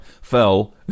fell